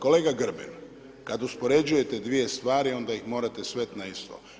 Kolega Grbin, kad uspoređujete dvije stvari, onda ih morate svesti na isto.